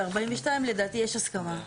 ב-42 לדעתי יש הסכמה.